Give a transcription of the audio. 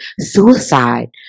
suicide